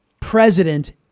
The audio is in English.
president